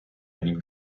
ning